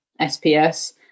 SPS